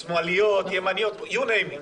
שמאליות, ימניות, you name it.